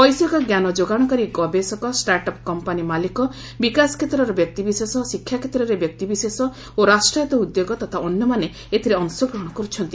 ବୈଷୟିକ ଜ୍ଞାନଯୋଗାଣକାରୀ ଗବେଷକ ଷ୍ଟାର୍ଟ ଅପ କମ୍ପାନୀ ମାଲିକ ବିକାଶ କ୍ଷେତ୍ରର ବ୍ୟକ୍ତିବିଶେଷ ଶିକ୍ଷାକ୍ଷେତ୍ରର ବ୍ୟକ୍ତିବିଶେଷ ଓ ରାଷ୍ଟ୍ରାୟତ୍ତ ଉଦ୍ୟୋଗ ତଥା ଅନ୍ୟମାନେ ଏଥିରେ ଅଂଶଗ୍ରହଣ କରୁଛନ୍ତି